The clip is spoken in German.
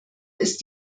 ist